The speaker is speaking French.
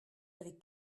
avez